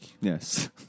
yes